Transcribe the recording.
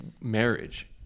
Marriage